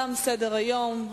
תם סדר-היום.